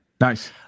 Nice